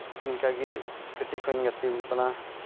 ᱱᱤᱝᱠᱟᱹ ᱜᱮ ᱠᱟᱹᱴᱤᱡ ᱠᱷᱚᱡ ᱤᱧ ᱜᱟᱛᱮᱣ ᱠᱟᱱᱟ